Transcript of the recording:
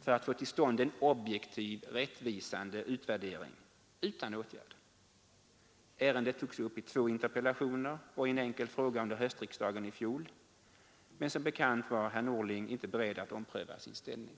för att få till stånd en objektiv, rättvisande utvärdering utan åtgärd. Ärendet togs upp i två interpellationer och i en enkel fråga under höstriksdagen i fjol, men som bekant var herr Norling inte beredd att ompröva sin ställning.